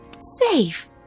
safe